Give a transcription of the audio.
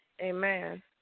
Amen